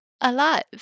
alive